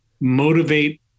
motivate